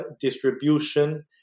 distribution